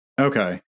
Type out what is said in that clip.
Okay